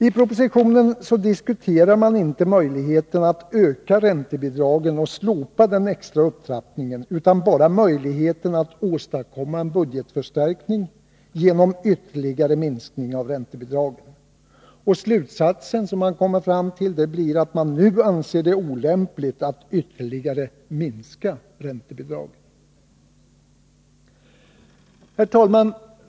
I propositionen studerar man inte möjligheten att öka räntebidragen och slopa den extra upptrappningen utan bara möjligheten att åstadkomma en budgetförstärkning genom ytterligare minskning av räntebidragen. Slutsatsen blir att man nu anser det olämpligt att ytterligare minska räntebidragen. Herr talman!